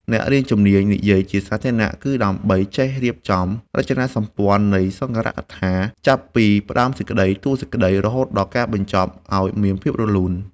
ការរៀនជំនាញនិយាយជាសាធារណៈ គឺដើម្បីចេះរៀបចំរចនាសម្ព័ន្ធនៃសន្ទរកថា ចាប់ពីផ្ដើមសេចក្ដី តួសេចក្ដី រហូតដល់ការបញ្ចប់ឱ្យមានភាពរលូន។